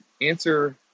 Answer